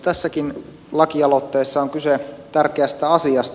tässäkin lakialoitteessa on kyse tärkeästä asiasta